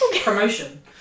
Promotion